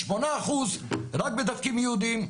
8%. רק בדבקים יעודיים.